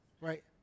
right